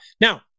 Now